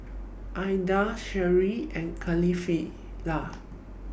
Ahad Syirah and Kefli